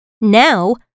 Now